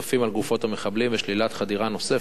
על גופות המחבלים ושלילת חדירה נוספת,